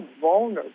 vulnerable